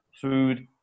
food